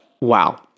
Wow